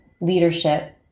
leadership